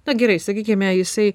na gerai sakykime jisai